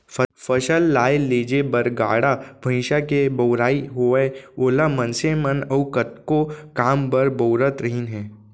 फसल लाए लेजे बर गाड़ा भईंसा के बउराई होवय ओला मनसे मन अउ कतको काम बर बउरत रहिन हें